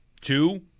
Two